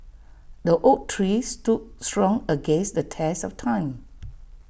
the oak tree stood strong against the test of time